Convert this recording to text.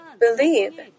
believe